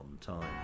time